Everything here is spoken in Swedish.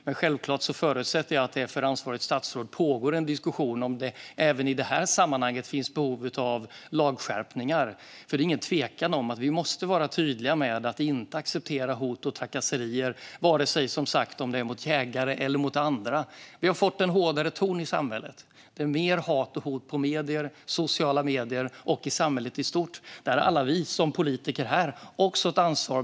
Men självklart förutsätter jag att det för ansvarigt statsråd pågår en diskussion om huruvida det även i det här sammanhanget finns behov av lagskärpningar. Det är ingen tvekan om att vi måste vara tydliga med att inte acceptera hot och trakasserier, vare sig det är mot jägare eller andra. Vi har fått en hårdare ton i samhället. Det är mer hat och hot i medier och sociala medier och i samhället i stort. Där har alla vi som politiker också ett ansvar.